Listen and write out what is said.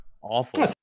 awful